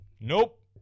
Nope